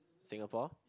Singapore